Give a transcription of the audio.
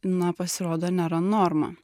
na pasirodo nėra norma